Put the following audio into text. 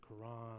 Quran